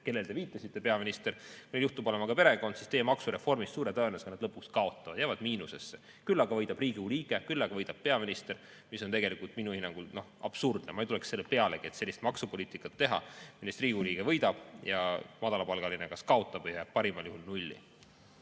kellele te viitasite – peaminister, kui neil juhtub olema ka perekond, siis teie maksureformiga suure tõenäosusega nad lõpuks kaotavad, jäävad miinusesse. Küll aga võidab Riigikogu liige, küll aga võidab peaminister, mis on tegelikult minu hinnangul absurdne. Ma ei tuleks selle pealegi, et teha sellist maksupoliitikat, millest Riigikogu liige võidab ja madalapalgaline kas kaotab või jääb parimal juhul nulli.